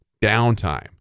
downtime